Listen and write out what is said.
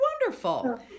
wonderful